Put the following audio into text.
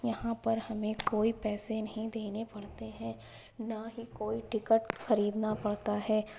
یہاں پر ہمیں کوئی پیسے نہیں دینے پڑتے ہیں نہ ہی کوئی ٹکٹ خریدنا پڑتا ہے